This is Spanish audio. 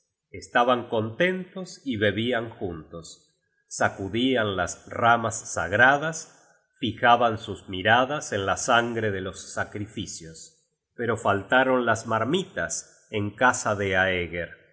estaban contentos y bebian juntos sacudian las ramas sagradas fijaban sus miradas en la sangre de los sacrificios pero faltaron las marmitas en casa de aeger